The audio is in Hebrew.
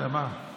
סליחה, אדוני?